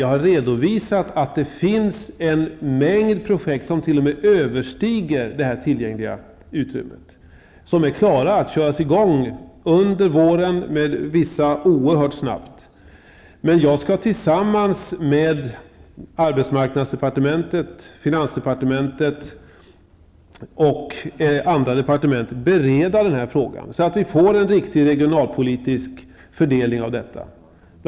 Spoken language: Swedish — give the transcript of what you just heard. Jag har redovisat att det finns en mängd projekt som t.o.m. överstiger det tillgängliga utrymmet och som är klara att köras i gång under våren, vissa oerhört snabbt. Men vi skall tillsammans med arbetsmarknadsdepartementet, finansdepartementet och andra departement bereda den här frågan så att vi får en riktig regionalpolitisk fördelning av detta.